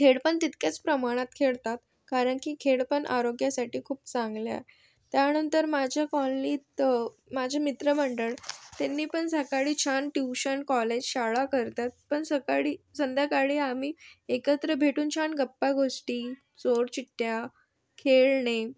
खेळ पण तितक्याच प्रमाणात खेळतात कारण की खेळ पण आरोग्यासाठी खूप चांगले आहे त्यानंतर माझ्या कॉलनीत माझे मित्रमंडळ त्यांनी पण सकाळी छान ट्यूशन कॉलेज शाळा करतात पण सकाळी संध्याकाळी आम्ही एकत्र भेटून छान गप्पागोष्टी चोरचिठ्ठ्या खेळणे